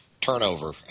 turnover